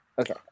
Okay